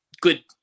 good